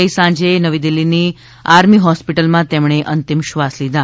ગઇ સાંજે નવી દિલ્હીની આર્મી હોસ્પિટલમાં તેમણે અંતિમ શ્વાસ લીધા